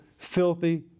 Filthy